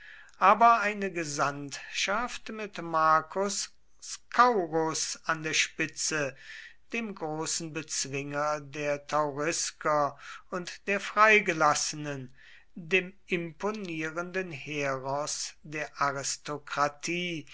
aber eine gesandtschaft mit marcus scaurus an der spitze dem großen bezwinger der taurisker und der freigelassenen dem imponierenden heros der aristokratie